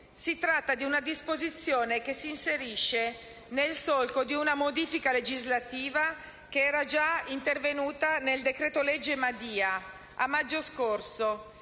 Si tratta di una disposizione che si inserisce nel solco di una modifica legislativa, che era già intervenuta nel cosiddetto decreto-legge Madia nel maggio scorso,